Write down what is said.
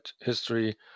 history